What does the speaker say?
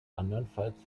andernfalls